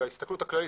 וההסתכלות הכללית,